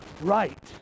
right